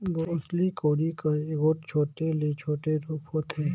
बउसली कोड़ी कर एगोट छोटे ले छोटे रूप होथे